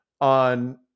on